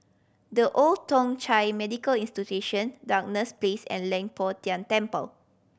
The Old Thong Chai Medical Institution Duchess Place and Leng Poh Tian Temple